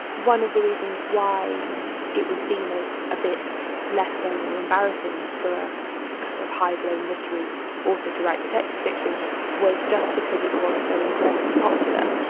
one of the reasons why it was seen as a bit lesser or embarrassing for a sort of high blown literary author to write detective fiction was just because it was so incredibly popular.